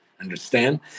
understand